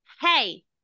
hey